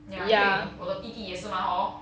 ya 因为我的弟弟也是吗 hor